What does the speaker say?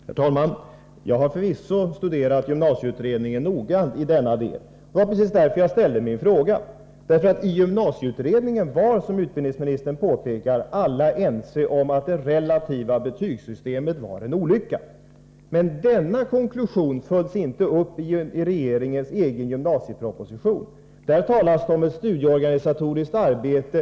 Herr talman! Jag har förvisso noga studerat gymnasieutredningens betänkande i detta avseende. Det var just mot den bakgrunden som jag framställde min fråga. Alla som ingick i gymnasieutredningen var nämligen, och det framhåller utbildningsministern, ense om att det relativa betygssystemet var en olycka. Men denna konklusion följs inte upp i regeringens gymnasieproposition. Där talar man bara om ett studieorganisatoriskt arbete.